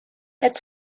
het